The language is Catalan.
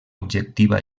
objectiva